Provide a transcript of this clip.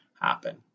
happen